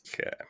Okay